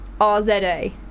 RZA